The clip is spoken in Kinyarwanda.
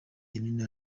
kinini